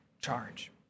charge